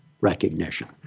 recognition